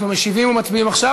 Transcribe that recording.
אנחנו משיבים ומצביעים עכשיו,